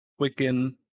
Wiccan